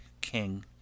king